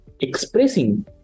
expressing